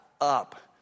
up